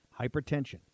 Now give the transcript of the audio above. Hypertension